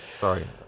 Sorry